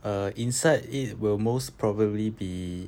err inside it will most probably be